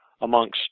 amongst